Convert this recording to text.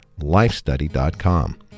lifestudy.com